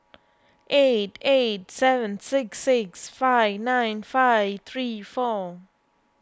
eight eight seven six six five nine five three four